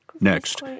Next